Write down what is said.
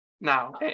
Now